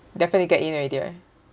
definitely get in already ah